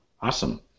Awesome